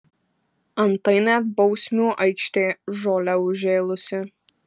antai net bausmių aikštė žole užžėlusi